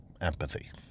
empathy